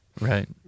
Right